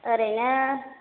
ओरैनो